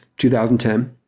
2010